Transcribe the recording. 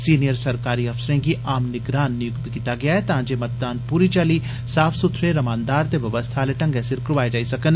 senior सरकारी अफसरें गी आम निगरान नियुक्त कीता गेदा ऐ तां जे मतदान पूरी चाली साफ सुथरे रमानदारी ते व्यवस्था आले ढंगै सिर करोआए जाई सकन